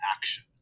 action